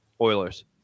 Oilers